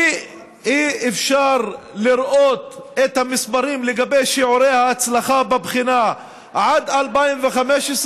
אי-אפשר לראות את המספרים לגבי שיעורי ההצלחה בבחינה עד 2015,